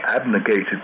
abnegated